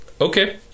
Okay